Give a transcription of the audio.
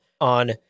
on